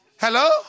Hello